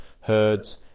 herds